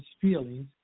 feelings